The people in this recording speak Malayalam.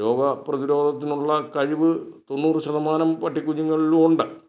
രോഗപ്രതിരോധത്തിനുള്ള കഴിവ് തൊണ്ണൂറ് ശതമാനം പട്ടികുഞ്ഞുങ്ങളിലും ഉണ്ട്